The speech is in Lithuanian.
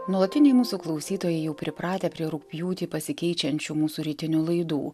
nuolatiniai mūsų klausytojai jau pripratę prie rugpjūtį pasikeičiančių mūsų rytinių laidų